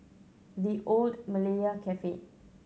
The Old Malaya Cafe